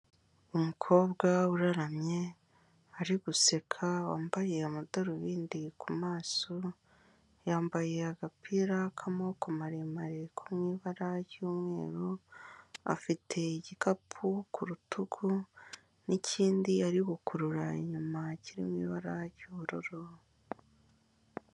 Umukobwa uraramye ari guseka wambaye amadarubindi ku maso, yambaye agapira k'amaboko maremare ko mu ibara ry'umweru, afite igikapu ku rutugu n'ikindi yari gukurura inyuma kiri mu ibara ry'ubururu.